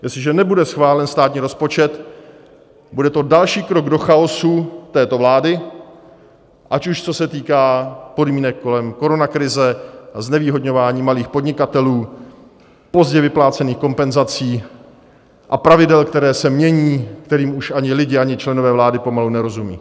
Jestliže nebude schválen státní rozpočet, bude to další krok do chaosu této vlády, ať už co se týká podmínek kolem koronakrize, znevýhodňování malých podnikatelů, pozdě vyplácených kompenzací a pravidel, která se mění, kterým už ani lidé, ani členové vlády pomalu nerozumějí.